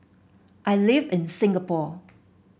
I live in Singapore